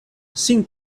sin